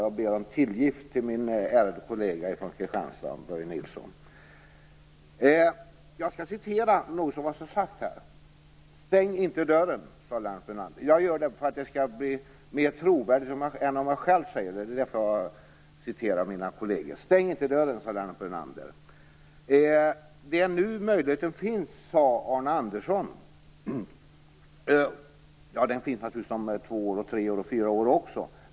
Jag ber min ärade kollega från Jag skall upprepa något som har sagts här. Stäng inte dörren, sade Lennart Brunander. Jag gör det för att det skall bli mer trovärdigt än om jag själv säger det. Det är därför jag citerar mina kolleger. Stäng inte dörren, sade Lennart Brunander. Det är nu möjligheten finns, sade Arne Andersson. Den finns naturligtvis om två, tre och fyra år också.